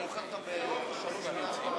להלן תוצאות ההצבעה: הצעת חוק ברית הזוגיות,